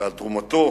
ועל תרומתו